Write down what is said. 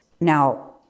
Now